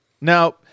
Now